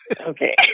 Okay